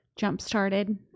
jumpstarted